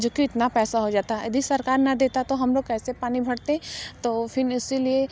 जो कि इतना पैसा हो जाता यदि सरकार न देता तो हम लोग कैसे पानी भरते तो फिर इसलिए